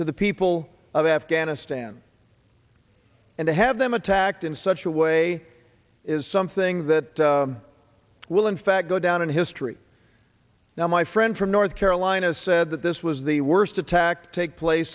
to the people of afghanistan and to have them attacked in such a way is something that will in fact go down in history now my friend from north carolina said that this was the worst attack take place